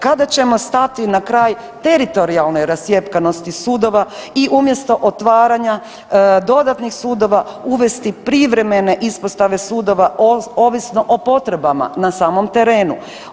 Kada ćemo stati na kraj teritorijalnoj rascjepkanosti sudova i umjesto otvaranja dodatnih sudova uvesti privremene ispostave sudova ovisno o potrebama na samom terenu?